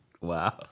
Wow